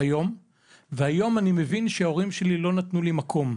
והיום אני מבין שההורים שלי לא נתנו לי מקום.